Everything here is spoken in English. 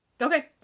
Okay